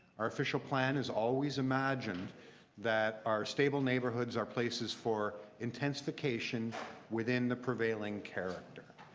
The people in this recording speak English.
our official plan is always imagine that our stable neighbourhoods are places for intensification within the prevailing character.